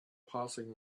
passing